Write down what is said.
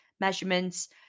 measurements